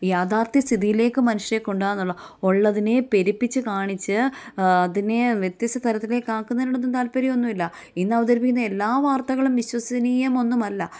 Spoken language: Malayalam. യാഥാർഥ സ്ഥിതിയിലേക്ക് മനുഷ്യരെ കൊണ്ടുപോവുക എന്നുള്ള ഉള്ളതിനെ പെരുപ്പിച്ച് കാണിച്ച് അതിനെ വ്യത്യസ്ത തരത്തിലേക്ക് ആക്കുന്നതിനോടൊന്നും താല്പര്യം ഒന്നും ഇല്ല ഇന്നവതരിപ്പിക്കുന്ന എല്ലാ വാർത്തകളും വിശ്വസനീയം ഒന്നുമല്ല